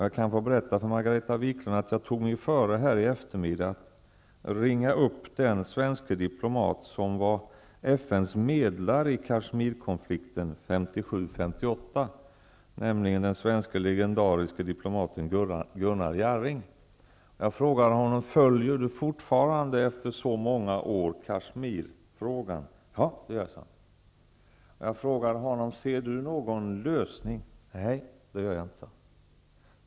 Jag kan berätta för Margareta Viklund att jag i dag på eftermiddagen tog mig före att ringa upp den svenske diplomat som var FN:s medlare i Jag frågade honom: Följer du fortfarande, efter så många år, Kashmirfrågan? Ja, det gör jag, sade han. Jag frågade också: Ser du någon lösning? Nej, det gör jag inte, sade han.